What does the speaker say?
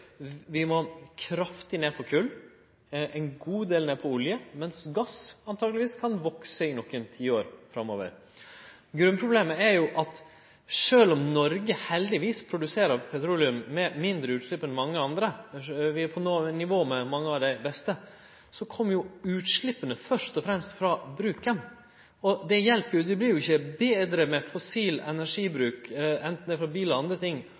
vi må kraftig ned på kol, ein god del ned på olje, mens gass antakeleg kan vekse i nokre tiår framover. Grunnproblemet er at sjølv om Noreg heldigvis produserer petroleum med mindre utslepp enn mange andre – vi er på nivå med mange av dei beste – kjem utsleppa først og fremst frå bruken. Og det vert jo ikkje betre med fossil energibruk, anten det er frå bil